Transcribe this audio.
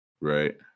Right